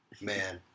Man